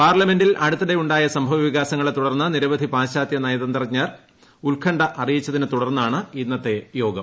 പാർലമെന്റിൽ അടുത്തിടെ ഉണ്ടായ സംഭവവികാസങ്ങളെ തുടർന്ന് നിരവധി പാശ്ചാത്യ നയതന്ത്രജ്ഞ ന്മാർ ഉത്കണ്ഠ അറിയിച്ചതിനെ തുടർന്നാണ് ഇന്നത്തെ യോഗം